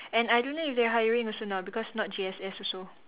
and I don't think they are hiring also now because not G_S_S also